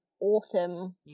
autumn